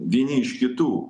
vieni iš kitų